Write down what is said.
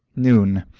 noon.